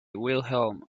wilhelm